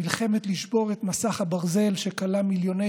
נלחמת לשבור את מסך הברזל שכלא מיליוני